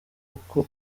uko